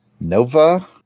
Nova